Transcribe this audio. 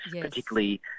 particularly